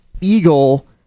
eagle